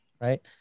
right